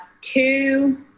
two